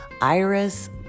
Iris